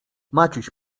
maciuś